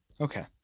Okay